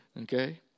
Okay